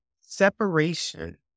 separation